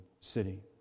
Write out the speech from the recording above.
city